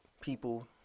people